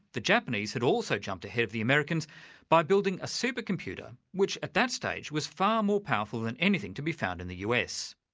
the japanese had also jumped ahead of the americans by building a supercomputer which at that stage was far more powerful than anything to be found in the us.